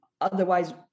otherwise